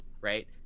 right